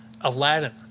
Aladdin